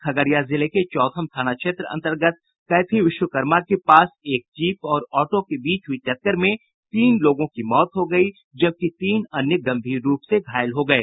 खगड़िया जिले के चौथम थाना क्षेत्र अंतर्गत कैथी विश्वकर्मा के पास एक जीप और ऑटो के बीच हुयी टक्कर में तीन लोगों की मौत हो गयी जबकि तीन अन्य गंभीर रूप से घायल हो गये